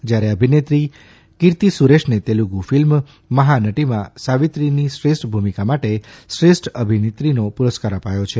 જ્યારે અભિનેત્રી કીર્તિ સુરેશને તેલુગુ ફિલ્મ મહાનટીમાં સાવિત્રીની શ્રેષ્ઠ ભૂમિકા માટે શ્રેષ્ઠ અભિનેત્રીનો પ્રસ્કાર અપાયો છે